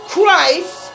Christ